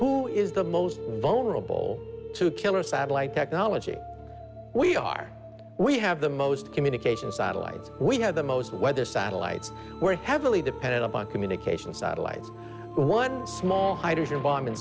who is the most vulnerable to killer satellite technology we are we have the most communication satellites we have the most weather satellites we're heavily dependent upon communications satellites one small hydrogen bomb in